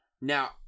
Now